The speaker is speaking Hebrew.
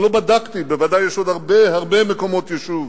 לא בדקתי, ודאי יש עוד הרבה, הרבה מקומות יישוב,